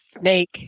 snake